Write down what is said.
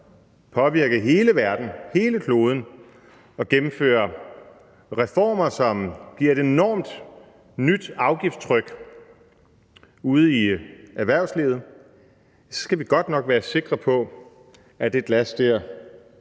påvirke hele verden, hele kloden, og gennemføre reformer, som giver et enormt nyt afgiftstryk ude i erhvervslivet, så skal vi godt nok være sikre på, at det glas der